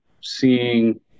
seeing